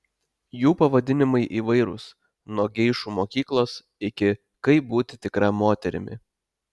jų pavadinimai įvairūs nuo geišų mokyklos iki kaip būti tikra moterimi